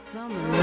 Summer